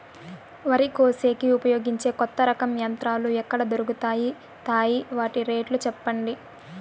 వరి కోసేకి ఉపయోగించే కొత్త రకం యంత్రాలు ఎక్కడ దొరుకుతాయి తాయి? వాటి రేట్లు చెప్పండి?